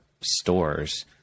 stores